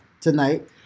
tonight